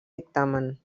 dictamen